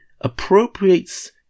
appropriates